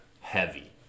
Heavy